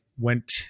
went